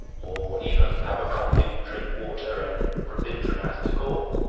or even abercrombie, drinkwater, and rabindranath tagore.